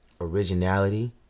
Originality